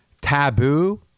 taboo